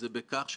כלקוחות,